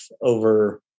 over